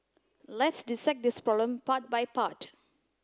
let's dissect this problem part by part